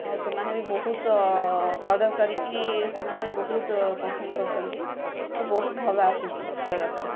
ଆଉ ସେମାନେ ବି ବହୁତ ଅର୍ଡ଼ର କରିକି ସେମାନେ ବି ବହୁତ ପସନ୍ଦ କରିଛନ୍ତି ତ ବହୁତ ଭଲ ଆସିଛି ପ୍ରୋଡ଼କ୍ଟଟା